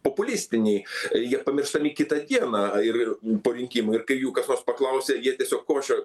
populistiniai jie pamirštami kitą dieną ir po rinkimų ir kai jų kas nors paklausia jie tiesiog košia